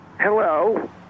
Hello